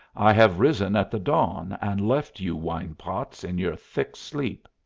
i have risen at the dawn and left you wine-pots in your thick sleep.